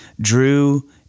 drew